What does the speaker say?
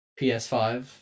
PS5